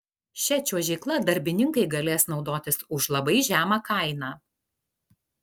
šia čiuožykla darbininkai galės naudotis už labai žemą kainą